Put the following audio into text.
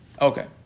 Okay